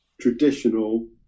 traditional